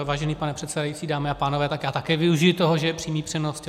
Vážený pane předsedající, dámy a pánové, tak já také využiji toho, že je přímý přenos.